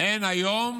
אין היום